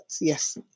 yes